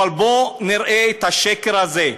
אבל בואו נראה את השקר הזה,